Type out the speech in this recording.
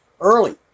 early